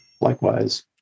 Likewise